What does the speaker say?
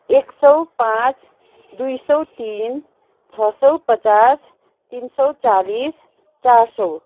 एक सय पाँच दुई सय तिन छ सय पचास तिन सय चालिस चार सय